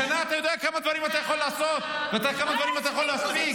אתה יודע כמה דברים אתה יכול לעשות בשנה וכמה דברים אתה יכול להספיק?